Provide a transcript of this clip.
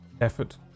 Effort